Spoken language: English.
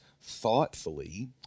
thoughtfully